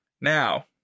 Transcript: Now